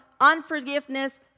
unforgiveness